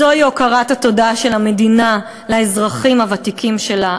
זוהי הוקרת המדינה לאזרחים הוותיקים שלה,